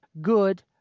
good